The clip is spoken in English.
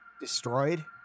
destroyed